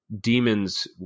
Demons